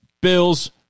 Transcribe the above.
Bills